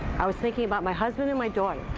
i was thinking about my husband and my daughter.